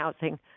housing